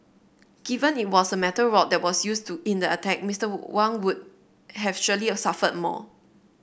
given it was a metal rod that was used to in the attack Mister Wang would have surely a suffered more